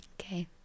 Okay